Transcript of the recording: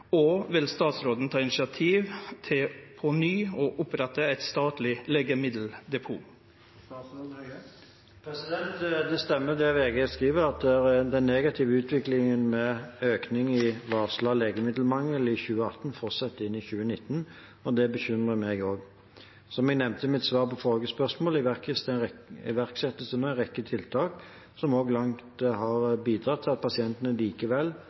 og vil statsråden ta initiativ til å på ny opprette et statlig legemiddeldepot?» Det stemmer, det som VG skriver, at den negative utviklingen med økning i varslet legemiddelmangel i 2018 fortsetter inn i 2019, og det bekymrer meg også. Som jeg nevnte i mitt svar på forrige spørsmål, iverksettes det nå en rekke tiltak som så langt har bidratt til at pasientene likevel